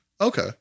okay